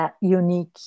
Unique